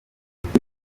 aho